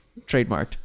trademarked